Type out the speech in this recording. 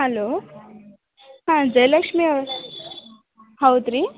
hello ಹಾಂ ಜಯಲಕ್ಷ್ಮಿ ಅವ ಹೌದು ರೀ